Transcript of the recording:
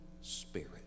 spirit